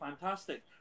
fantastic